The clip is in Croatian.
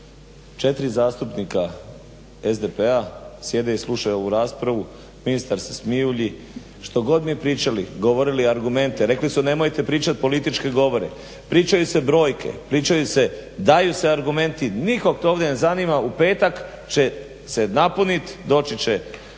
4 zastupnika SDP-a sjede i slušaju ovu raspravu, ministar se smijulji, štogod mi pričali, govorili argumente, rekli su nemojte pričati političke govore, pričaju se brojke, pričaju se, daju se argumenti, nikog to ovdje ne zanima. U petak će se napuniti, doći će